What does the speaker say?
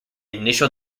initial